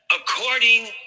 According